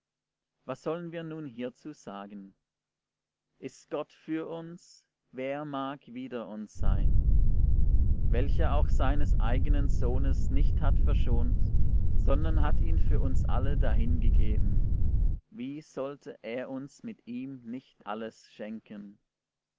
was wollen wir nun hierzu sagen ist gott für uns wer mag wider uns sein welcher auch seines eigenen sohnes nicht hat verschont sondern hat ihn für uns alle dahingegeben wie sollte er uns mit ihm nicht alles schenken